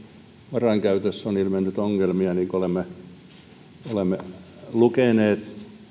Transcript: varainkäytössä on ilmennyt ongelmia niin kuin olemme lukeneet